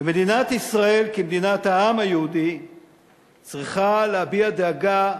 ומדינת ישראל כמדינת העם היהודי צריכה להביע דאגה,